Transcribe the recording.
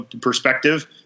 perspective